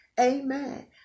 amen